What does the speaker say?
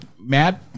Matt